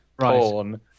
porn